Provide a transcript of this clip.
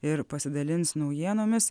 ir pasidalins naujienomis